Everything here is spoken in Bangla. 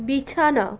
বিছানা